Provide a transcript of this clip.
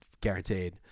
guaranteed